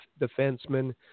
defenseman